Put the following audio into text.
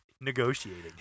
negotiating